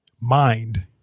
mind